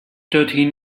dorthin